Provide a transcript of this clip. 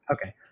Okay